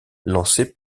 lancées